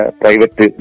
private